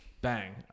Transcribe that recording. Bang